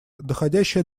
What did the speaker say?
доходящее